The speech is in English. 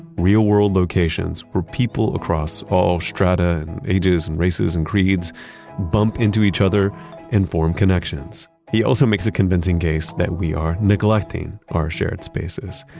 real world locations where people across all strata, and ages, and races, and creeds bump into each other and form connections. he also makes a convincing case that we are neglecting our shared spaces,